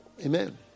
Amen